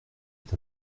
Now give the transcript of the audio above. est